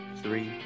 three